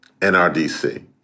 NRDC